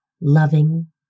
loving